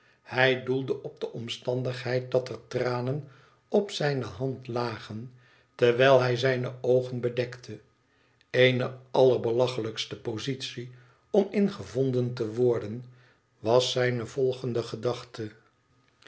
hij doelde op de omstandigheid dat er tranen op zijne hand lagen terwijl hij zijne oogen bedekte fene allerbelachelijkste positie om in gevonden te worden was zijne volgende gedachte